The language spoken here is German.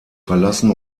verlassen